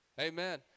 Amen